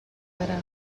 دارم